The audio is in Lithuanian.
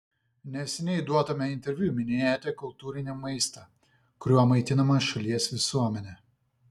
neseniai duotame interviu minėjote kultūrinį maistą kuriuo maitinama šalies visuomenė